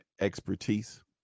expertise